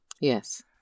Yes